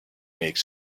make